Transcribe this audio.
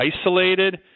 isolated